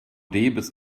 bis